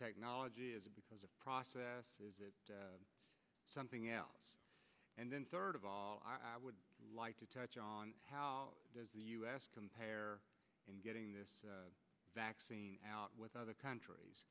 technology is because of process is it something else and then third of all i would like to touch on how does the u s compare in getting this vaccine out with other countries